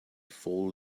fall